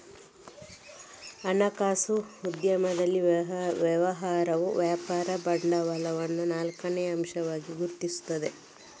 ಹಣಕಾಸು ಉದ್ಯಮದಲ್ಲಿನ ವ್ಯವಹಾರವು ವ್ಯಾಪಾರ ಬಂಡವಾಳವನ್ನು ನಾಲ್ಕನೇ ಅಂಶವಾಗಿ ಗುರುತಿಸುತ್ತದೆ